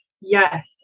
Yes